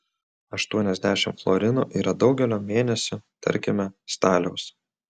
aštuoniasdešimt florinų yra daugelio mėnesių tarkime staliaus